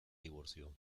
divorció